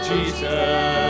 Jesus